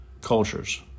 cultures